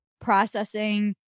processing